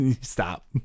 Stop